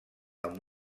amb